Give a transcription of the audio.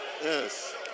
Yes